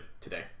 today